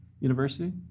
university